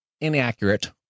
inaccurate